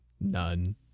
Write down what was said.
none